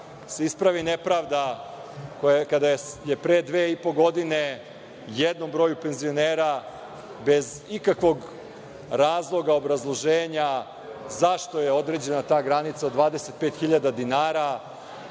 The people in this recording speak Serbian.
se ispravi nepravda kada je pre dve i po godine jednom broju penzionera, bez ikakvog razloga, obrazloženja zašto je određena ta granica od 25.000 dinara,